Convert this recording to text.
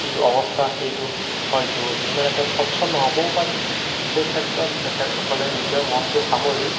যিটো অৱস্থা সেইটো হয়তো ইমান এটা স্বচ্ছল নহ'বও পাৰে সেইক্ষেত্ৰত তেখেতেসকলে নিজৰ মনটো সামৰি